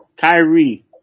Kyrie